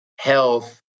health